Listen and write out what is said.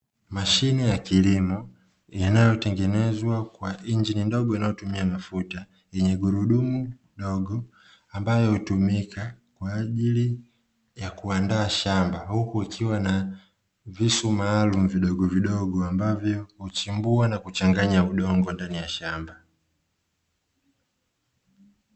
Mashine ya kilimo yanayotengenezwa kwa injini ndogo yanayotumia mafuta; yenye gurudumu ndogo ambayo hutumika kwa ajili ya kuandaa shamba, huku ikiwa na visu maalumu vidogo vidogo ambavyo huchimbua na kuchanganya udongo ndani ya shamba.